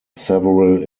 several